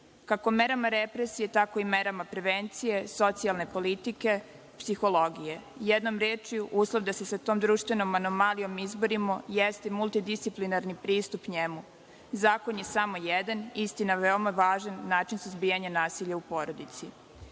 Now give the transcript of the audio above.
kako merama represije, tako i merama prevencije, socijalne politike, psihologije. Jednom rečju, uslov da se sa tom društvenom anomalijom izborimo jeste multidisciplinarni pristup njemu. Zakon je samo jedan, istina veoma način suzbijanja nasilja u porodici. Postojeći